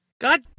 god